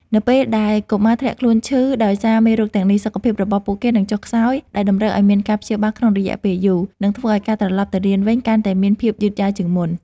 នៅពេលដែលកុមារធ្លាក់ខ្លួនឈឺដោយសារមេរោគទាំងនេះ សុខភាពរបស់ពួកគេនឹងចុះខ្សោយ ដែលតម្រូវឱ្យមានការព្យាបាលក្នុងរយៈពេលយូរ និងធ្វើឱ្យការត្រឡប់ទៅរៀនវិញកាន់តែមានភាពយឺតយ៉ាវជាងមុន។